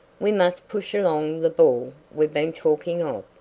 we must push along the ball we've been talking of.